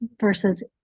Versus